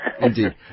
indeed